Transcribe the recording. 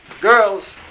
girls